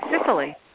Sicily